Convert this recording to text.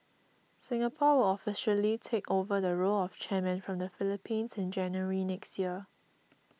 Singapore will officially take over the role of chairman from the Philippines in January next year